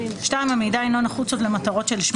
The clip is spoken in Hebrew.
המידע אינו נחוץ עוד למטרות שלשמן נוצר,